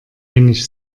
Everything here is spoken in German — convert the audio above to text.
wenig